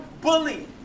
bully